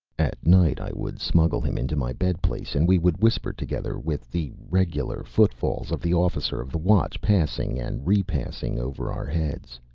at night i would smuggle him into my bed place, and we would whisper together, with the regular footfalls of the officer of the watch passing and repassing over our heads.